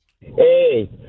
Hey